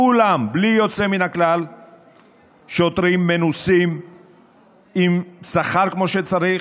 כולם בלי יוצא מן הכלל שוטרים מנוסים עם שכר כמו שצריך,